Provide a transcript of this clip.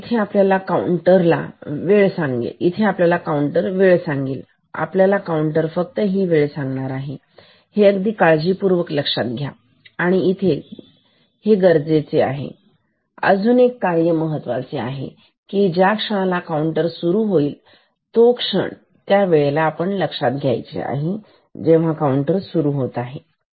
तरी इथे आपल्याला काऊंटर वेळ सांगेल आपल्याला काउंटर फक्त ही वेळ सांगणार आहे हे अगदी काळजीपूर्वक लक्षात घ्या आणि इथे गरजेचे अजून एक कार्य असे की ज्या क्षणाला काउंटर सुरू होईल म्हणजे हा क्षण तर या वेळेला आपल्याला लक्षात घ्यायचे आहे की काऊंटर सुरू होत आहे